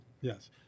Yes